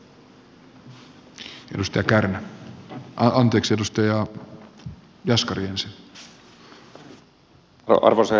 arvoisa herra puhemies